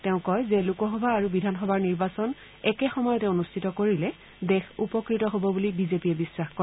তেওঁ কয় যে লোকসভা আৰু বিধানসবাৰ নিৰ্বাচন একেসময়তে অনুষ্ঠিত কৰিলে দেশ উপকৃত হ'ব বুলি বিজেপিয়ে বিশ্বাস কৰে